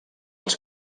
als